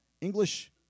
English